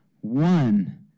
one